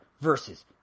versus